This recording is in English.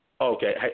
Okay